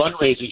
fundraising